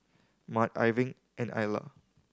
Mart Irving and Ila